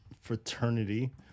fraternity